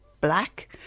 black